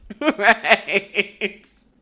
Right